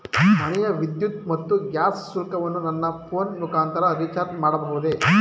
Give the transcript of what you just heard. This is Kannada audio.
ಮನೆಯ ವಿದ್ಯುತ್ ಮತ್ತು ಗ್ಯಾಸ್ ಶುಲ್ಕವನ್ನು ನನ್ನ ಫೋನ್ ಮುಖಾಂತರ ರಿಚಾರ್ಜ್ ಮಾಡಬಹುದೇ?